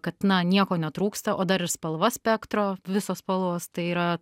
kad na nieko netrūksta o dar ir spalva spektro visos spalvos tai yra